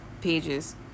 pages